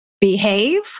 behave